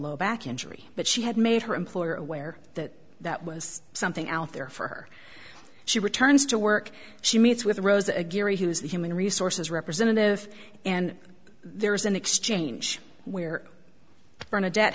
low back injury but she had made her employer aware that that was something out there for her she returns to work she meets with rosa geary who is the human resources representative and there is an exchange where